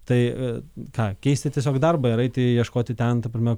tai ką keisti tiesiog darbą ir eiti ieškoti ten ta prasme